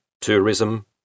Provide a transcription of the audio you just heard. tourism